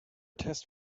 test